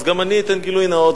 אז גם אני אתן גילוי נאות,